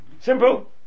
Simple